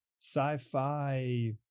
sci-fi